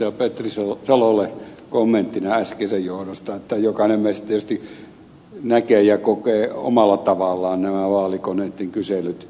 petri salolle kommenttina äskeisen johdosta että jokainen meistä tietysti näkee ja kokee omalla tavallaan nämä vaalikoneitten kyselyt